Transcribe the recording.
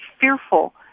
fearful